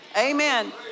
Amen